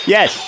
Yes